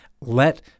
let